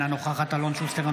אינה נוכחת אלון שוסטר,